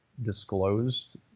disclosed